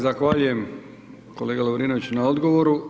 Zahvaljujem kolega Lovrinović na odgovoru.